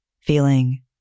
feeling